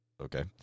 okay